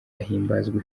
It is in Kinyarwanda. ahimbazwe